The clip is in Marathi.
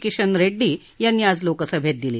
किशन रेड्डी यांनी आज लोकसभेत दिली